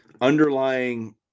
underlying